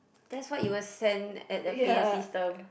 that's what you will send at a P_A system